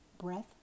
breath